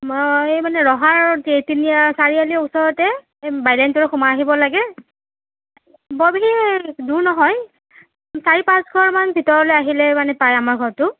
মই মানে ৰহাৰ তিনি তি চাৰিআলিৰ ওচৰতে এই বাইলেনটোৰে সোমাই আহিব লাগে বৰ বিশেষ দূৰ নহয় চাৰি পাঁচ ঘৰ মান ভিতৰলৈ আহিলে মানে পায় আমাৰ ঘৰটো